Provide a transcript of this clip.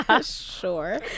Sure